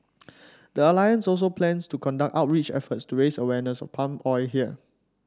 the alliance also plans to conduct outreach efforts to raise awareness of palm oil here